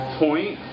point